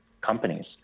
companies